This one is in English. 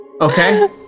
Okay